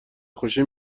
خوشی